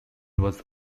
was